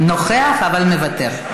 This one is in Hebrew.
נוכח, אבל מוותר.